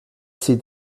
sieht